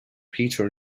peter